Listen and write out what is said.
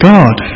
God